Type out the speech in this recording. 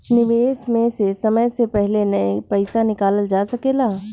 निवेश में से समय से पहले पईसा निकालल जा सेकला?